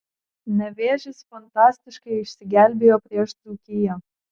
nevėžis fantastiškai išsigelbėjo prieš dzūkiją